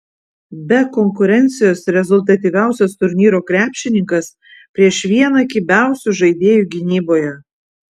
be konkurencijos rezultatyviausias turnyro krepšininkas prieš vieną kibiausių žaidėjų gynyboje